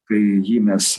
kai jį mes